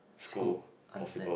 school understand